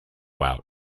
out